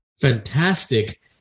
fantastic